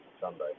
Sunday